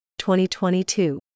2022